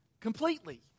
Completely